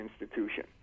institution